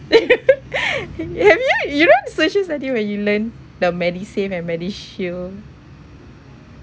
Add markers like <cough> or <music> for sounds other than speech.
<laughs> <breath> have you you don't when you learn the medisave and medishield